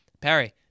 Perry